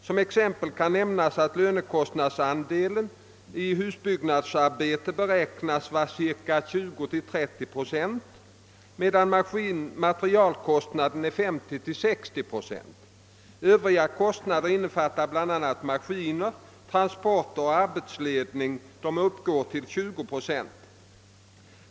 Som exempel kan nämnas att lönekostnadsandelen i husbyggnadsarbeten beräknas vara cirka 20—30 procent medan materialkostnaden är 50—60 procent. Övriga kostnader, innefattande bl.a. maskiner, transporter och arbetsledning, uppgår till cirka 20 procent.